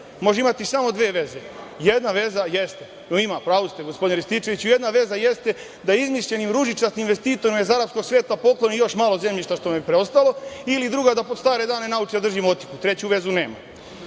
Može imati samo dve veze. Jedna veza, jeste, u pravu ste, gospodine Rističeviću, jedna veza jeste da izmišljenim ružičastim investitorima iz arapskog sveta pokloni još malo zemljišta što nam je preostalo ili druga da pod stare dane nauči da drži motiku. Treću vezu